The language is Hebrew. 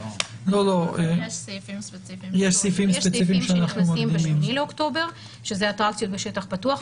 יש סעיפים ספציפיים שנכנסים ב-8 לאוקטובר שזה אטרקציות בשטח פתוח,